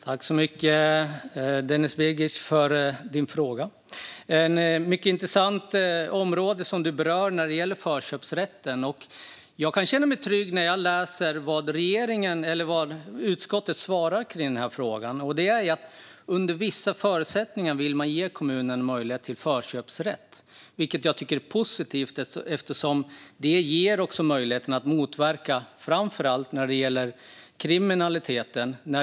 Herr talman! Tack så mycket, Denis Begic, för din fråga! Det är ett mycket intressant område som du berör när det gäller förköpsrätten. Jag kan känna mig trygg när jag läser vad utskottet säger i den här frågan. Under vissa förutsättningar vill man ge kommunen möjlighet till förköpsrätt. Det tycker jag är positivt. Det ger möjligheten att motverka framför allt kriminalitet.